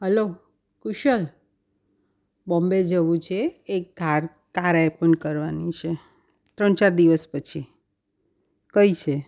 હાલો કુશલ બોમ્બે જવું છે એક કાર આયપન કરવાની છે ત્રણ ચાર દિવસ પછી કઈ છે